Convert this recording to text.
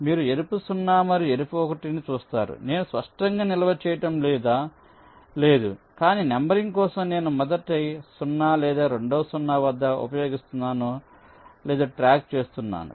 మీరు ఎరుపు 0 మరియు ఎరుపు 1 ని చూస్తారు నేను స్పష్టంగా నిల్వ చేయటం లేదు కాని నంబరింగ్ కోసం నేను మొదటి 0 లేదా రెండవ 0 వద్ద ఉపయోగిస్తున్నానో లేదో ట్రాక్ చేస్తున్నాను